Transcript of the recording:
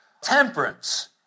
temperance